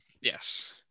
Yes